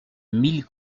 mille